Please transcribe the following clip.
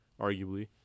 arguably